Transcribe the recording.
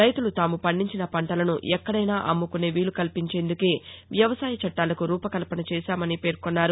రైతులు తాము పండించిన పంటలను ఎక్కడైనా అమ్ముకునే వీలు కల్పించేందుకే వ్యవసాయ చట్లాలకు రూపకల్పన చేశారని పేర్కొన్నారు